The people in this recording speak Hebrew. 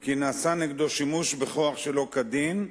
כי נעשה נגדו שימוש בכוח שלא כדין,